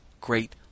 great